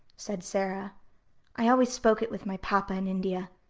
said sara i always spoke it with my papa in india.